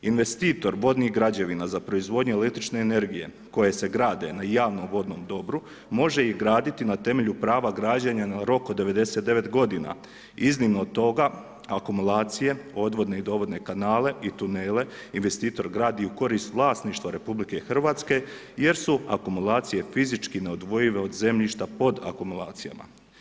Investitor vodnih građevina za proizvodnju električne energije koje se grade na javnom vodnom dobru može ih graditi na temelju prava građenja na rok od 99 godina, iznimno od toga akumulacije, odvodne i dovodne kanale i tunele investitor gradi u korist vlasništva RH jer su akumulacije fizički neodvojive od zemljišta pod akumulacijama.